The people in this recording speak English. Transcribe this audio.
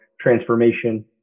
transformation